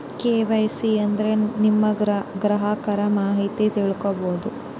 KYC ಅಂದ್ರೆ ನಿಮ್ಮ ಗ್ರಾಹಕರ ಮಾಹಿತಿ ತಿಳ್ಕೊಮ್ಬೋದು